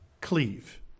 cleave